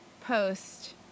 Post